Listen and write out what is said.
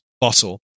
bottle